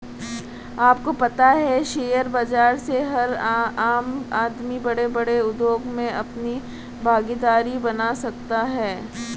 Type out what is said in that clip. आपको पता है शेयर बाज़ार से हर आम आदमी बडे़ बडे़ उद्योग मे अपनी भागिदारी बना सकता है?